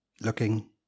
looking